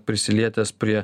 prisilietęs prie